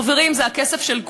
חברים, זה הכסף של כולם.